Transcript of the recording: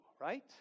Right